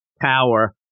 power